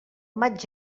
maig